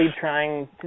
trying